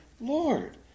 Lord